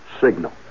signal